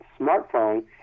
smartphone